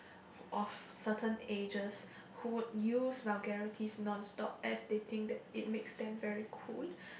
of certain ages who would use vulgarities none stop as they think that it makes them very cool